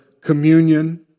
communion